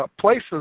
places